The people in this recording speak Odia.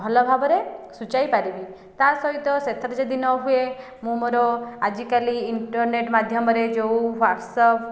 ଭଲ ଭାବରେ ସୂଚାଇ ପାରିବି ତା ସହିତ ସେଥିରେ ଯଦି ନ ହୁଏ ମୁଁ ମୋର ଆଜିକାଲି ଇଣ୍ଟରର୍ନେଟ ମାଧ୍ୟମରେ ଯେଉଁ ୱାଟ୍ସପ୍